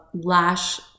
lash